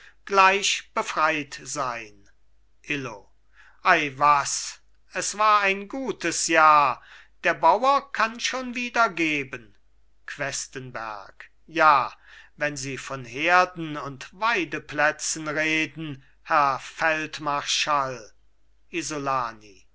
gleich befreit sein illo ei was es war ein gutes jahr der bauer kann schon wieder geben questenberg ja wenn sie von herden und weideplätzen reden herr feldmarschall isolani